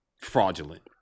fraudulent